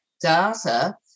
data